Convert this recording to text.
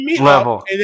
level